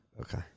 Okay